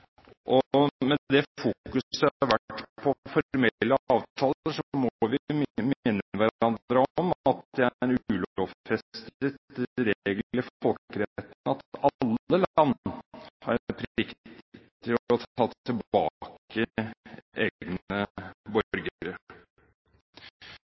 Og med det fokus det har vært på formelle avtaler, må vi minne hverandre om at det er en ulovfestet regel i folkeretten at alle land har en plikt til å ta tilbake egne